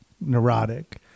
neurotic